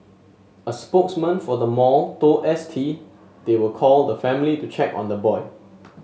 a spokesman for the mall told S T they will call the family to check on the boy